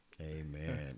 amen